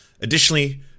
additionally